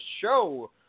show